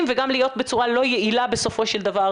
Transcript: וגם להיות בצורה לא יעילה בסופו של דבר,